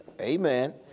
Amen